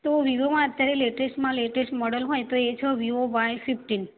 તો વિવોમાં અત્યારે લેટેસ્ટમાં લેટેસ્ટ મોડેલ હોય તો એ છે વિવો વાય ફિફ્ટીન